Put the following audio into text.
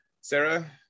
Sarah